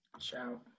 Shout